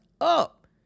up